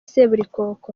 seburikoko